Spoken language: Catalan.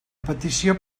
petició